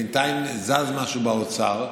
בינתיים זז משהו באוצר,